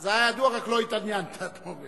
זה היה ידוע, רק לא התעניינת, אתה אומר.